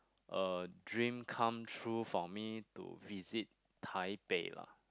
a dream come true for me to visit Taipei lah